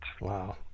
Wow